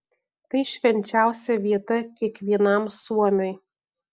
tai švenčiausia vieta kiekvienam suomiui